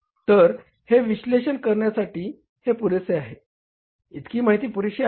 तर हे विश्लेषण करण्यासाठी हे पुरेसे आहे इतकी माहिती पुरेशी आहे का